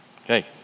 Okay